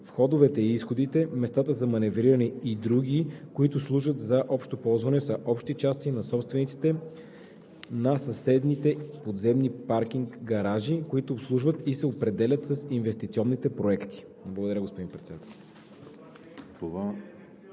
Входовете и изходите, местата за маневриране и други, които служат за общо ползване, са общи части на собствениците (съсобствениците) на съседните подземни паркинг-гаражи, които обслужват, и се определят с инвестиционните проекти.“ Благодаря, господин Председател.